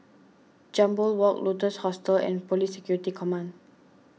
Jambol Walk Lotus Hostel and Police Security Command